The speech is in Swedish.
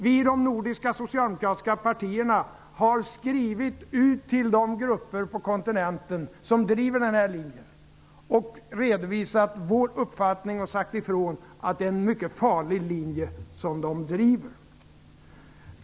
Vi i de nordiska socialdemokratiska partierna har skrivit till de grupper på kontinenten som driver den här linjen och redovisat vår uppfattning. Vi har sagt ifrån att det är en mycket farlig linje som de driver.